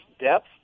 depth